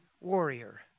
warrior